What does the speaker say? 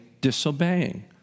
disobeying